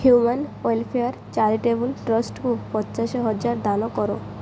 human welfare charitable ଟ୍ରଷ୍ଟ୍କୁ ପଚାଶହଜାର ଦାନ କର